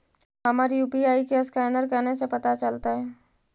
हमर यु.पी.आई के असकैनर कने से पता चलतै?